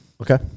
Okay